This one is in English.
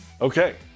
Okay